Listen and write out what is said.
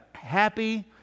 happy